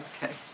Okay